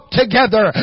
together